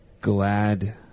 glad